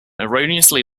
erroneously